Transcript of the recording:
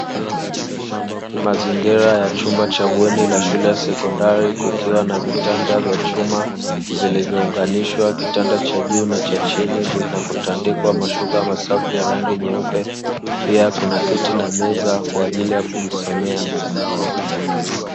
Mazingira ya chumba cha bweni la shule ya sekondari kukiwa na vitanda vya chuma, vilivyounganishwa vitanda vya juu na vya chini na kutandikwa mashuka masafi ya rangi ya mweupe; pia kuna kiti na meza kwa ajili ya kujisomea.